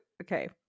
okay